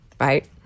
right